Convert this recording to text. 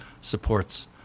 supports